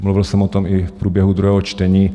Mluvil jsem o tom i v průběhu druhého čtení.